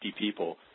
people